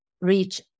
reach